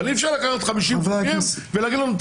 אבל אי-אפשר לקחת 50 חוקים ולהגיד לנו: